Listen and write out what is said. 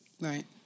Right